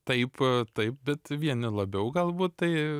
taip taip bet vieni labiau galbūt tai